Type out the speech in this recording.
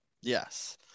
Yes